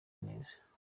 neza